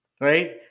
right